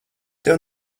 tev